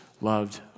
loved